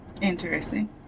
Interesting